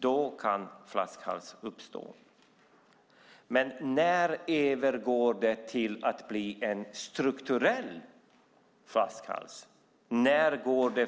Då kan flaskhalsar uppstå. Men när övergår det till att bli en strukturell flaskhals? När övergår det